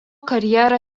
karjerą